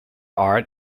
art